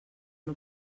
una